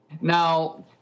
Now-